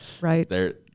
right